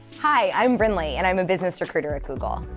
hi, i'm brinleigh and i'm a business recruiter at google.